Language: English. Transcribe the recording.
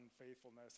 unfaithfulness